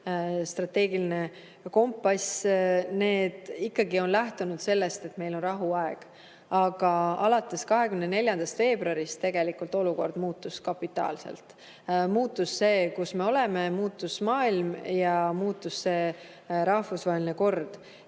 strateegiline kompass, on ikkagi lähtunud sellest, et meil on rahuaeg, aga alates 24. veebruarist olukord muutus kapitaalselt, muutus see, kus me oleme, muutus maailm ja muutus rahvusvaheline kord.